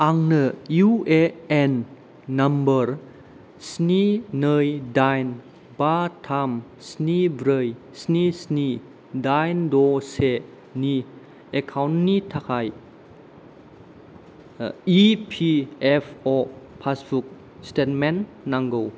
आंनो UAN number स्नि नै दाइन बा थाम स्नि ब्रै स्नि स्नि दाइन द' से नि एकाउन्टनि थाखाय इपिएफअ पासबुक स्टेटमेन्ट नांगौ